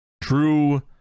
True